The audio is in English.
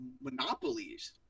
monopolies